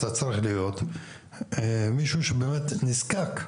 אתה צריך להיות מישהו שבאמת נזקק.